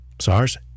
sars